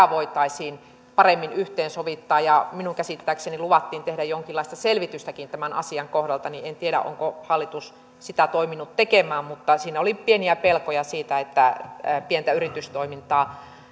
voitaisiin paremmin yhteensovittaa ja minun käsittääkseni luvattiin tehdä jonkinlaista selvitystäkin tämän asian kohdalta niin en tiedä onko hallitus sitä toiminut tekemään mutta siinä oli pieniä pelkoja siitä että pientä yritystoimintaa